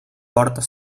port